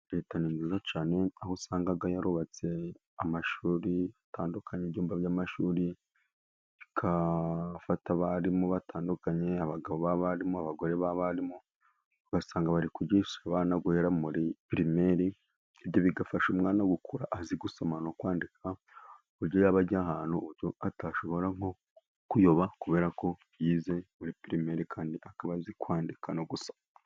Leta ni nziza cyane, aho usanga yarubatse amashuri atandukanye, ibyumba by'amashuri igafata abarimu batandukanye. Abagabo b'abarimu, abagore b'abarimu, ugasanga bari kwigisha abana guhera muri pirimeri, bigafasha umwana gukura azi gusoma no kwandika, ku buryo yaba agiye ahantu atashobora nko kuyoba kubera ko yize muri pirimeri, kandi akaba azi kwandika no gusoma.